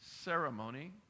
ceremony